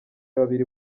babiri